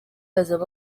hazamo